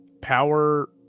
power